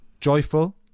joyful